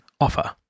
offer